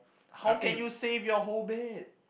how can you save your whole bed